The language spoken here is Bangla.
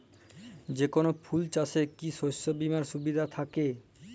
যেকোন ফুল চাষে কি শস্য বিমার সুবিধা থাকে?